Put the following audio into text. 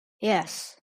yes